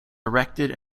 erected